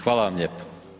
Hvala vam lijepo.